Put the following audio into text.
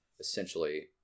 essentially